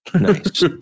Nice